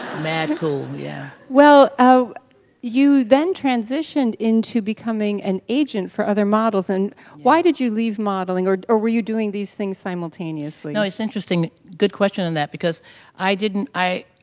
mad cool, yeah. well, you then transitioned into becoming an agent for other models and why did you leave modeling? or or were you doing these things simultaneously? no it's interesting. good question in that because i didn't, i.